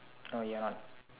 oh you're not